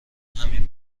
همین